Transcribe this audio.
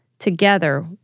together